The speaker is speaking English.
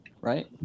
Right